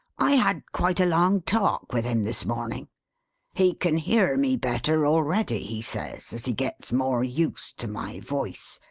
i had quite a long talk with him this morning he can hear me better already, he says, as he gets more used to my voice.